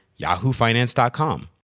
yahoofinance.com